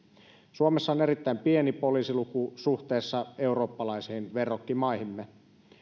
suomessa on erittäin pieni poliisiluku suhteessa eurooppalaisiin verrokkimaihimme